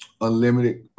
unlimited